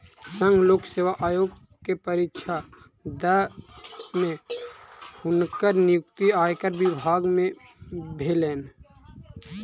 संघ लोक सेवा आयोग के परीक्षा दअ के हुनकर नियुक्ति आयकर विभाग में भेलैन